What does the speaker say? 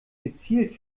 gezielt